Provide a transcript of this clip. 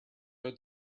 are